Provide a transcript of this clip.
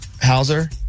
Hauser